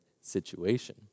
situation